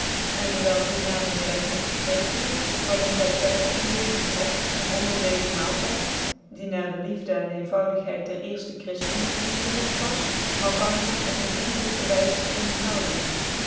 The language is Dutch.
en dcwyl die nadcmiddag niet gepredikt wierd hadden zy tyd en gelegcnthcid om onder deezc maaltyd die na de liefde en eenvoudigheid der eerfte chrlftenen ingengt was malkanderen op een vriendclykc wyze tc onderhouden